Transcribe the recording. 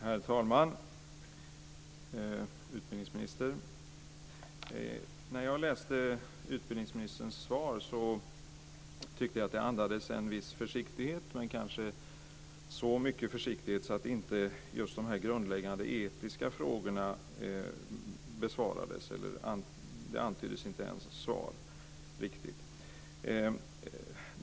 Herr talman! Utbildningsministern! När jag läste utbildningsministerns svar tyckte jag att det andades en viss försiktighet - kanske så mycket försiktighet att just de grundläggande etiska frågorna inte besvarades. Det antyddes inte ens något svar.